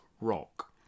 Rock